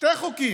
שני חוקים.